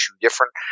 different